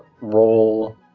roll